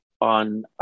on